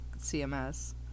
CMS